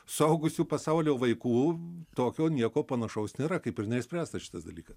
suaugusių pasauly o vaikų tokio nieko panašaus nėra kaip ir neišspręstas šitas dalykas